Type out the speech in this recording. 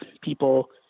people